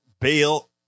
bail